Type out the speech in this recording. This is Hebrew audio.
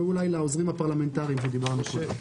ואולי לעוזרים הפרלמנטריים שדיברנו קודם.